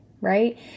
right